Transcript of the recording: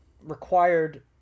required